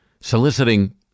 soliciting